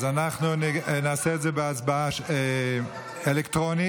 אנחנו נעשה את זה בהצבעה אלקטרונית.